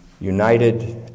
united